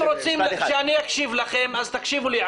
רוצים שאני אקשיב לכם אז תקשיבו לי.